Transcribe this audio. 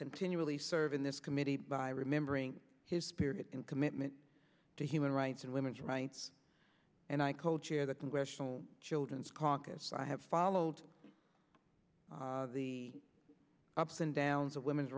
continually serve in this committee by remembering his spirit and commitment to human rights and women's rights and i co chair the congressional children's caucus i have followed the ups and downs of women's